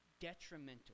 detrimental